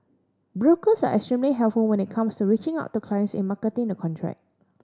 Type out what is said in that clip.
brokers are extremely helpful when it comes to reaching out to clients in marketing the contract